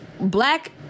black